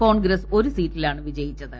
കോൺഗ്രസ് ഒരു സീറ്റിലാണ് വിജയിച്ചത്